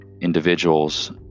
individuals